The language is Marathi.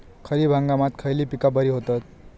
खरीप हंगामात खयली पीका बरी होतत?